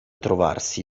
trovarsi